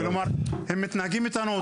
הם מתנהגים איתנו אותו דבר.